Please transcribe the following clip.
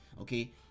okay